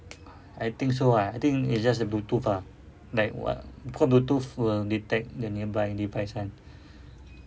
I think so ah I think it's just the bluetooth ah like wha~ because bluetooth will detect the nearby device kan